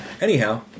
anyhow